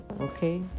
Okay